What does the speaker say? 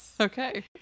Okay